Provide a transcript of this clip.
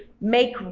make